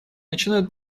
начинают